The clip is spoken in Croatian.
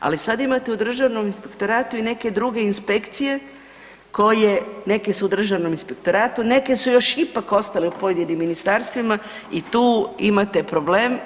Ali sada imate u Državnom inspektoratu i neke druge inspekcije koje neke su u Državnom inspektoratu, neke su još ipak ostale u pojedinim ministarstvima i tu imate problem.